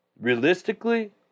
Realistically